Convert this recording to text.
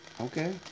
Okay